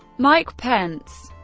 mike pence